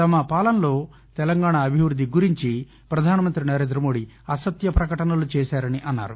తన పాలనలో తెలంగాణ అభివృద్ది గురించి ప్రధానమంత్రి నరేంద్రమోదీ అసత్వ ప్రకటనలు చేశారని అన్నారు